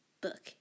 book